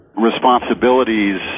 responsibilities